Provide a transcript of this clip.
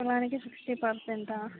తులానికి sixty పర్సెంటా